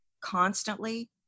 constantly